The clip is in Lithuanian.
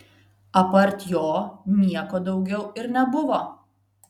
apart jo nieko daugiau ir nebuvo